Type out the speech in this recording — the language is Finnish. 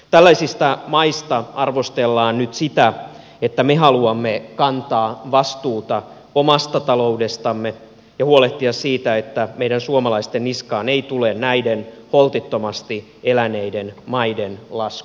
tällaisista maista arvostellaan nyt sitä että me haluamme kantaa vastuuta omasta taloudestamme ja huolehtia siitä että meidän suomalaisten niskaan ei tule näiden holtittomasti eläneiden maiden laskuja